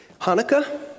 Hanukkah